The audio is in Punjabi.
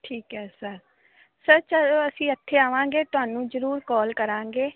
ਠੀਕ ਹੈ ਸਰ ਸਰ ਜਦੋਂ ਅਸੀਂ ਇੱਥੇ ਆਵਾਂਗੇ ਤੁਹਾਨੂੰ ਜ਼ਰੂਰ ਕੌਲ ਕਰਾਂਗੇ